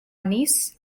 anise